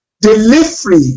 delivery